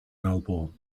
melbourne